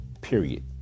period